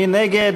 מי נגד?